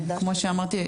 כמו שאמרתי,